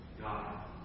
God